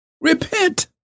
Repent